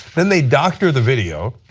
and they doctor the video,